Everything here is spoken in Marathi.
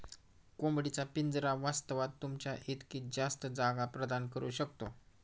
कोंबडी चा पिंजरा वास्तवात, तुमच्या इतकी जास्त जागा प्रदान करू शकतो